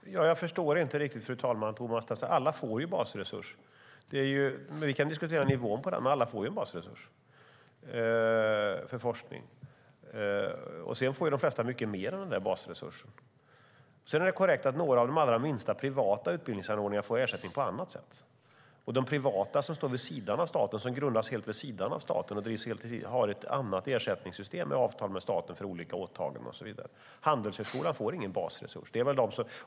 Fru talman! Jag förstår inte riktigt Thomas Strand, för alla får ju en basresurs. Vi kan diskutera nivån på den, men alla får en basresurs för forskning. Sedan får de flesta mycket mer än den basresursen. Det är korrekt att några av de allra minsta, privata utbildningsanordnarna får ersättning på annat sätt. De privata som grundas helt vid sidan av staten har ett annat ersättningssystem med avtal med staten för olika åtaganden och så vidare. Handelshögskolan får ingen basresurs.